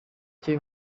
cye